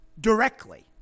directly